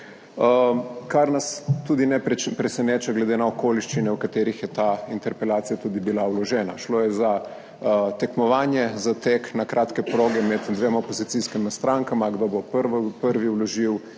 kar nas tudi ne preseneča, glede na okoliščine, v katerih je ta interpelacija tudi bila vložena – šlo je za tekmovanje, za tek na kratke proge med dvema opozicijskima strankama, kdo bo prvi vložil